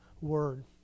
word